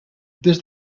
des